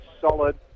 solid